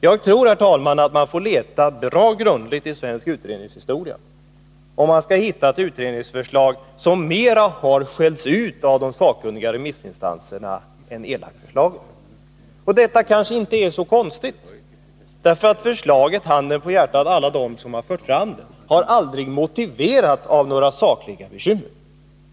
Jag tror, herr talman, att man får leta bra grundligt i svensk utredningshistoria, om man skall hitta ett utredningsförslag som mera har skällts ut av de sakkunniga remissinstanserna än elanvändningskommitténs förslag. — Och detta kanske inte är så konstigt, för, handen på hjärtat, förslagen har aldrig motiverats av några sakliga bekymmer.